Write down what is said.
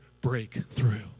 breakthrough